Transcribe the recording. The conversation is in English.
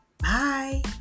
Bye